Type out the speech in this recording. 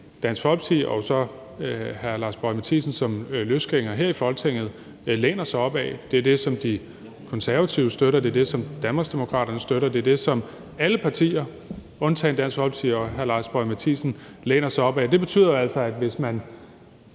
Dansk Folkeparti og så hr. Lars Boje Mathiesen som løsgænger her i Folketinget læner sig op ad; det er det, som De Konservative støtter, det er det, som Danmarksdemokraterne støtter, det er det, som alle partier undtagen Dansk Folkeparti og hr. Lars Boje Mathiesen læner sig op ad. Det betyder jo altså, at hvis man